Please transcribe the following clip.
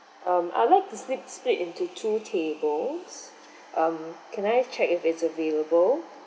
um I'll like to sleep split into two tables um can I check if it's available